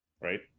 right